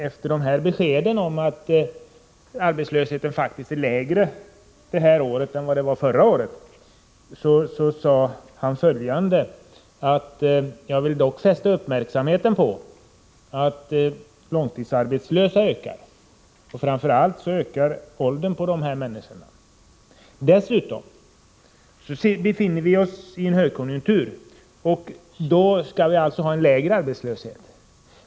Efter beskeden om att arbetslösheten faktiskt är lägre det här året än vad den var förra året sade länsarbetsdirektören följande: Jag vill dock fästa uppmärksamheten på att antalet långtidsarbetslösa ökar. Framför allt ökar antalet äldre långtidsarbetslösa. Dessutom befinner vi oss i en högkonjunktur, och då skulle vi alltså ha en lägre arbetslöshet.